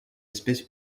espèce